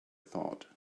thought